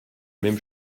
même